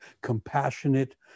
compassionate